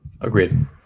Agreed